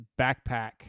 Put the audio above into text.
backpack